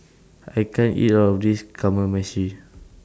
I can't eat All of This Kamameshi